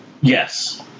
Yes